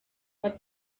but